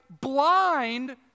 blind